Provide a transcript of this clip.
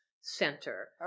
center